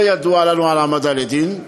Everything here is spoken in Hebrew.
לא ידוע לנו על העמדה לדין.